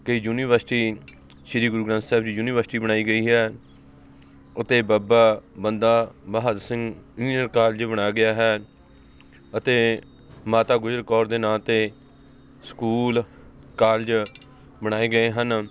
ਕਿ university Shri Guru Granth Sahib ji university ਬਣਾਈ ਗਈ ਹੈ ਉੱਥੇ ਬਾਬਾ ਬੰਦਾ ਬਹਾਦਰ ਸਿੰਘ ਇਜੀਨੀਅਰ ਕਾਲਜ ਬਣਾਇਆ ਗਿਆ ਹੈ ਅਤੇ ਮਾਤਾ ਗੁਜਰ ਕੌਰ ਦੇ ਨਾਂ 'ਤੇ ਸਕੂਲ ਕਾਲਜ ਬਣਾਏ ਗਏ ਹਨ